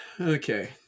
Okay